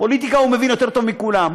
פוליטיקה הוא מבין יותר טוב מכולם.